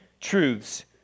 truths